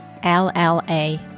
L-L-A